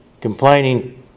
Complaining